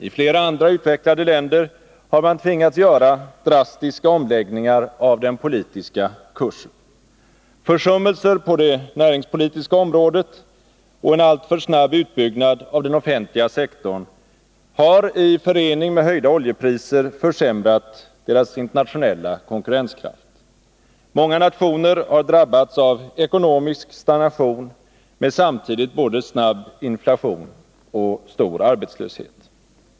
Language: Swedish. I flera andra utvecklade länder har man tvingats göra drastiska omläggningar av den politiska kursen. Försummelser på det näringspolitiska området och en alltför snabb utbyggnad av den offentliga sektorn har i förening med höjda oljepriser försämrat deras internationella konkurrenskraft. Många nationer har drabbats av ekonomisk stagnation med samtidigt både snabb inflation och stor arbetslöshet.